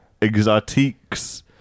exotiques